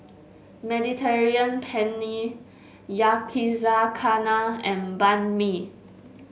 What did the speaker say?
Mediterranean Penne Yakizakana and Banh Mi